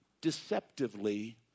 deceptively